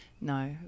No